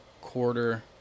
quarter